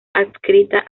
adscrita